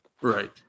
Right